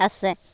আছে